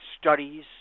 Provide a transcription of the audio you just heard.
studies